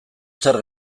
zer